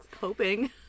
hoping